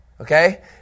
okay